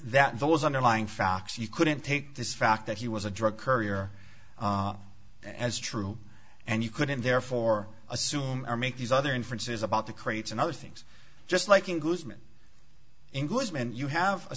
that those underlying facts you couldn't take this fact that he was a drug courier as true and you couldn't therefore assume or make these other inferences about the crates and other things just like englishman englishman you have a